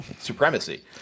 supremacy